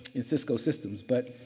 and cisco systems. but,